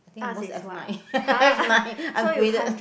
I think at most F nine F nine ungraded